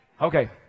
Okay